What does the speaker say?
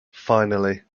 finally